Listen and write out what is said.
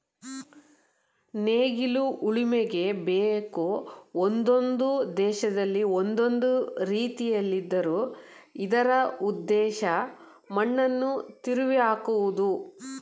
ನೇಗಿಲು ಉಳುಮೆಗೆ ಬೇಕು ಒಂದೊಂದು ದೇಶದಲ್ಲಿ ಒಂದೊಂದು ರೀತಿಲಿದ್ದರೂ ಇದರ ಉದ್ದೇಶ ಮಣ್ಣನ್ನು ತಿರುವಿಹಾಕುವುದು